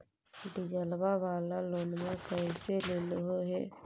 डीजलवा वाला लोनवा कैसे लेलहो हे?